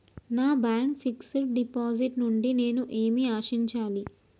నా bank fixed deposit నుండి నేను ఏమి ఆశించాలి?